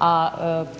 a